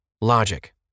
logic